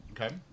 Okay